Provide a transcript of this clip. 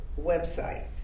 website